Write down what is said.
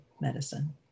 medicine